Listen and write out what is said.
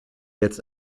jetzt